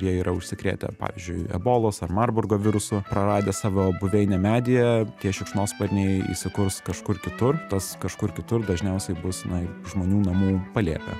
jie yra užsikrėtę pavyzdžiui ebolos ir marburgo virusu praradę savo buveinę medyje tie šikšnosparniai įsikurs kažkur kitur tas kažkur kitur dažniausiai bus na žmonių namų palėpė